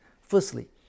Firstly